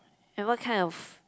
and what kind of